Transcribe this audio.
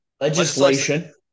Legislation